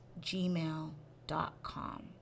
gmail.com